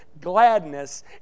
gladness